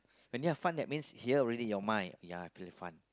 and then fun that means is here ready your mind ya pretty fun